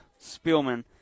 Spielman